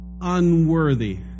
unworthy